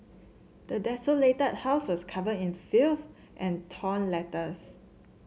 the desolated house was covered in filth and torn letters